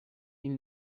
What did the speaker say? ils